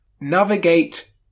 Navigate